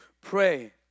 pray